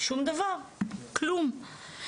שום דבר, כלום.